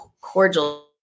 cordial